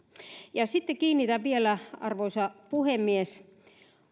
ja sitten kiinnitän arvoisa puhemies